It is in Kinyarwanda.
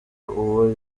uwo